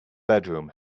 bedroom